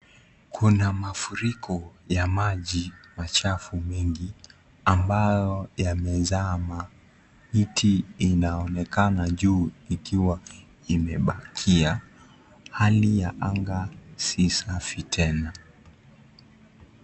Kuna mafuriko ya maji machafu mengi ambayo yamezama, miti inaonekana juu ikiwa imebakia. Hali ya anga si safi tena.